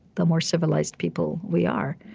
the more civilized people we are.